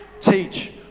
teach